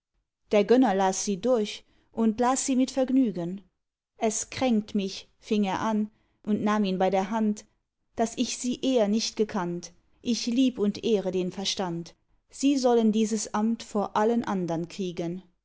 der gönner las sie durch und las sie mit vergnügen es kränkt mich fing er an und nahm ihn bei der hand daß ich sie eher nicht gekannt ich lieb und ehre den verstand sie sollen dieses amt vor allen andern kriegen